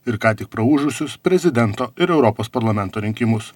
ir ką tik praūžusius prezidento ir europos parlamento rinkimus